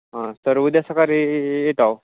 ह सर उद्या सकाळी येत आहो